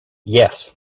yes